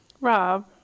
Rob